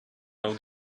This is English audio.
out